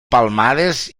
palmades